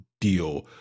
deal